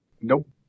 Nope